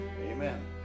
Amen